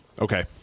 okay